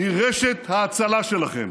היא רשת ההצלה שלכם.